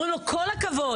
אומרים לו: כל הכבוד,